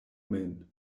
min